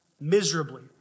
miserably